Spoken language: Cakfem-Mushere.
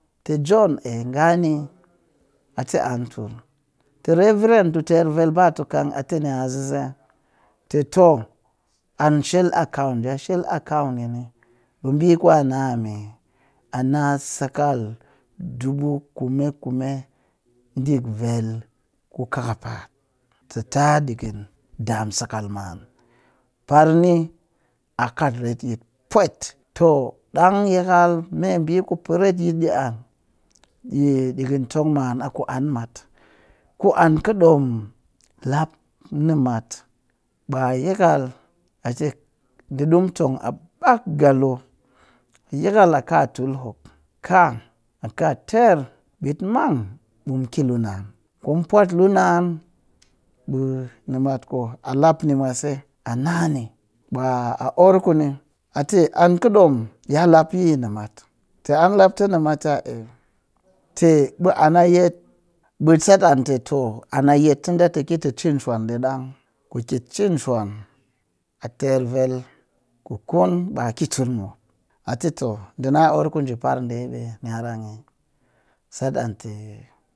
Tɨ john eh nga ni a tɨ an tul tɨ rev; tu ter vel ba tu kang a tɨ nyasese, tɨ too an shel account nji a shel account ni ɓe ɓii kwan a na a me ɓe ɓi kwan na a sakal dubu kume kume ɗik vel ku kakapa'at sa taa ɗikɨn dam sakal maan, parni a kat retyit pwet. to ɗang yakal meɓi ku pe retyit ɗi an yi ɗikɨn tong maan a ku an mat ku an kɨ ɗom lap nimat ɓa a yakal atɨ, ɗii ɗi mu tong a ɓaak galo a yakal a ka tul hok ka a ka ter ɓitmang ɓe mu ki lunaan ku mu pwat lunaan ɓe nimat ku a lap ni mwase a nani ɓa a orr kuni a tɨ an kɨɗom ya lap yi yi nimat tɨ an lapta nimat'a, a tɨ ai tɨ ɓe an yet ɓe sat an tɨ too an a yet tɨ ɗa tɨ ki tɨ cin shwan ɗi ɗang, kuki cin shwan a ter vel ku kun ɓa ki tul mɨ mop a tɨ too ɗii na orr ku njii par ɗe ɓe nya rang eh sat tɨ